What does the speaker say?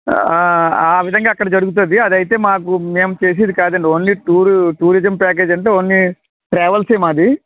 ఆ విధంగా అక్కడ జరుగుతుంది అది అయితే మాకు మేము చేసేది కాదు అండి ఓన్లీ టూరు టూరిజం ప్యాకేజ్ అంటే ఓన్లీ ట్రావెల్సే మాది